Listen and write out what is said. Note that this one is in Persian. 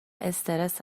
استرس